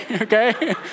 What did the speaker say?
okay